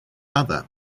other